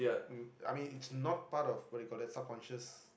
um I mean it's not part of what do you call that subconscious